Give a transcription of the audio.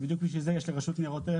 אבל בדיוק בשביל זה יש לרשות לניירות ערך